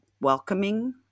welcoming